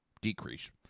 decrease